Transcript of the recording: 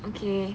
okay